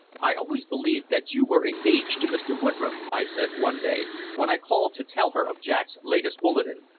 i always believed that you were engaged to mr. woodroffe, i said one day, when i called to tell her of jack's latest bulletin.